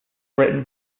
written